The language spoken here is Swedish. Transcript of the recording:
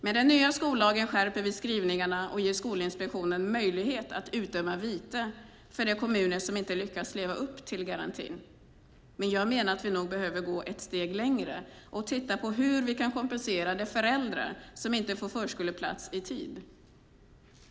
Med den ny skollagen skärper vi skrivningarna och ger Skolinspektionen möjlighet att utdöma vite för de kommuner som inte lyckas leva upp till garantin. Jag menar att vi nog behöver gå ett steg längre och titta på hur vi kan kompensera de föräldrar som inte får förskoleplats i tid.